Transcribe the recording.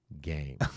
game